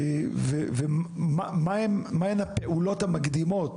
ומהן הפעולות המקדימות